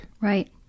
Right